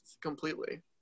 completely